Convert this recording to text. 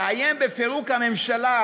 לאיים בפירוק הממשלה,